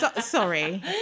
Sorry